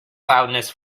loudness